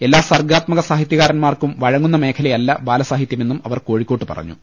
എല്ലാ സർഗാത്മക സാഹിത്യകാരന്മാർക്കും വഴങ്ങുന്ന മേഖലയല്ല ബാലസാഹിത്യമെന്നും അവർ കോഴിക്കോട്ട് പറഞ്ഞു